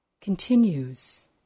continues